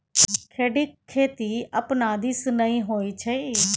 खेढ़ीक खेती अपना दिस नै होए छै